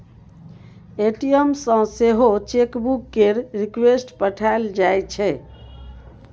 ATM सँ सेहो chequebook केर रिक्वेस्ट पठाएल जाइ छै